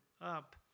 up